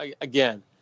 again